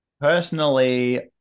Personally